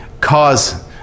cause